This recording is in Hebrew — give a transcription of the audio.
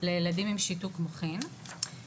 לילדים עם שיתוק מוחין,